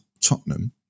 Tottenham